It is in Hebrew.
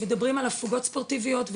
מדברים על הפוגות ספורטיביות,